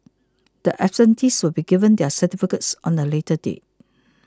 the absentees will be given their certificates on a later date